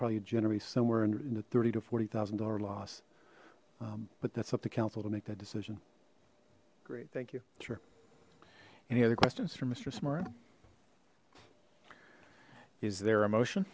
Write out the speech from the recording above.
probably generate somewhere in the thirty to forty thousand dollar loss but that's up to council to make that decision great thank you sure any other questions for mister smart is there a motion